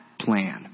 plan